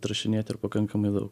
atrašinėti ir pakankamai daug